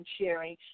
sharing